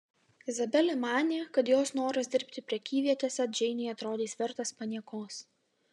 izabelė manė kad jos noras dirbti prekyvietėse džeinei atrodys vertas paniekos